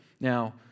Now